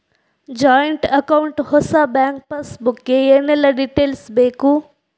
Joint account ಹೊಸ bank passbook ಗೆ ಏನೆಲ್ಲ ಡೀಟೇಲ್ಸ್ ಬೇಕು?